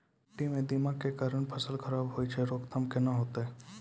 माटी म दीमक के कारण फसल खराब होय छै, रोकथाम केना होतै?